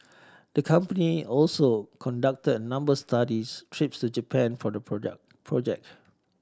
the company also conducted a number studies trips to Japan for the project project